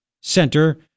center